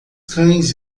cães